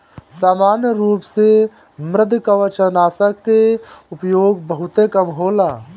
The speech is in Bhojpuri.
सामान्य रूप से मृदुकवचनाशक के उपयोग बहुते कम होला